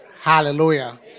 Hallelujah